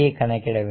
கணக்கிட வேண்டும்